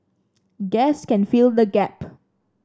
gas can fill the gap